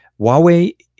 Huawei